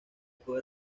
poder